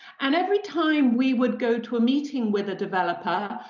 and every time we would go to a meeting with a developer,